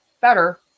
Better